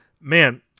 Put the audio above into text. man